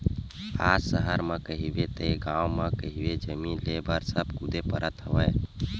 आज सहर म कहिबे ते गाँव म कहिबे जमीन लेय बर सब कुदे परत हवय